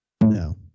No